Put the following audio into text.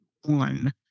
one